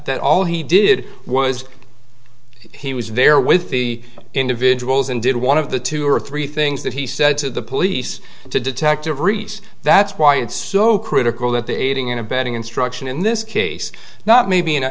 that all he did was he was there with the individuals and did one of the two or three things that he said to the police to detective reefs that's why it's so critical that the aiding and abetting instruction in this case not maybe in